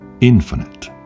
infinite